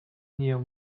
near